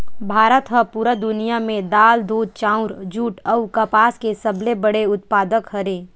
भारत हा पूरा दुनिया में दाल, दूध, चाउर, जुट अउ कपास के सबसे बड़े उत्पादक हरे